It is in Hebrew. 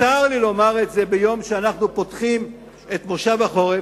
צר לי לומר את זה ביום פתיחת מושב החורף.